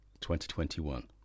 2021